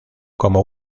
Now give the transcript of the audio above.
como